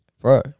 bro